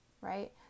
right